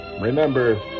remember